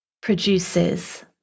produces